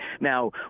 Now